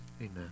Amen